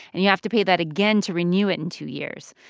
and you have to pay that again to renew it in two years.